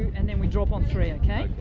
and then we drop on three, okay?